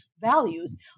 values